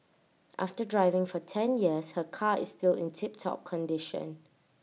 after driving for ten years her car is still in tip top condition